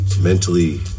mentally